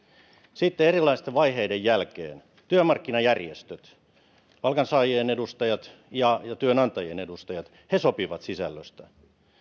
sitten erilaisten vaiheiden jälkeen työmarkkinajärjestöt palkansaajien edustajat ja työnantajien edustajat sopivat sisällöstä